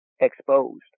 exposed